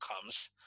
comes